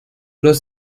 los